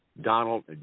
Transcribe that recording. Donald